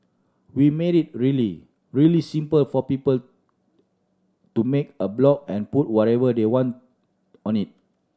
we made it really really simple for people to make a blog and put whatever they want on it